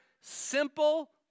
simple